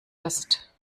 ist